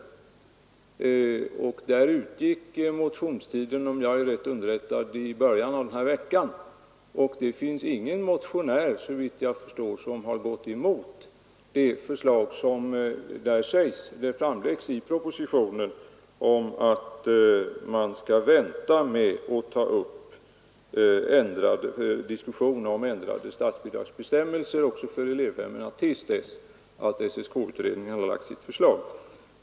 Motionstiden utgick, om jag är riktigt underrättad, i början av denna vecka. Såvitt jag förstår finns det ingen motionär som har gått emot det förslag som framläggs i propositionen att man skall vänta med att ta upp diskussion om ändrade statsbidragsbestämmelser också för elevhemmen till dess att SSK-utredningen har lagt sitt förslag.